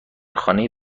خانه